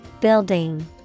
Building